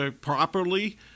properly